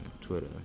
Twitter